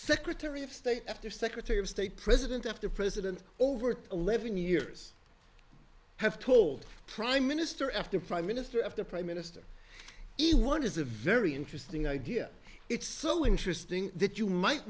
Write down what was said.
secretary of state after secretary of state president after president over eleven years have told prime minister after prime minister after prime minister each one is a very interesting idea it's so interesting that you might